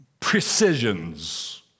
precisions